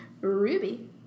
Ruby